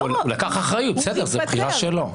הוא לקח אחריות, זו בחירה שלו.